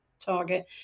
target